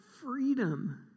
freedom